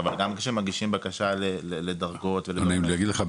גם כשמגישים בקשה לדרגות ו --- לא נעים לי להגיד לך,